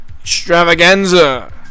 extravaganza